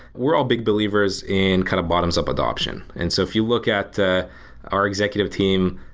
we're all big believers in kind of bottoms up adoption. and so if you look at the our executive team,